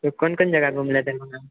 कोन कोन जगह घुमलय दरभंगामे